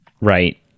Right